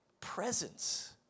presence